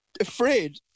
afraid